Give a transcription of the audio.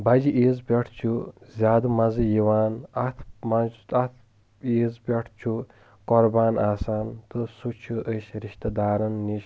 بجہِ عیٖز پٮ۪ٹھ چھُ زیادٕ مزٕ یِوان اتھ منٛز اتھ عیٖز پٮ۪ٹھ چھُ قۄربان آسان تہٕ سُہ چھُ أسۍ رشتہٕ دارن نِش